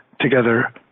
together